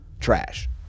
trash